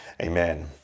Amen